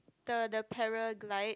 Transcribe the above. the the paraglide